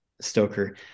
Stoker